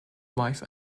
wife